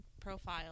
profile